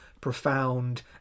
profound